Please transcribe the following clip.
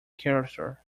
character